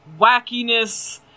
wackiness